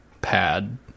pad